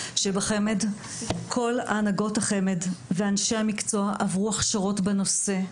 לדייק שכל הנהגות החמ"ד ואנשי המקצוע עברו הכשרות בנושא.